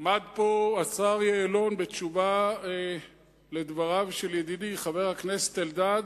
עמד פה השר יעלון בתשובה על דבריו של ידידי חבר הכנסת אלדד,